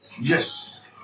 Yes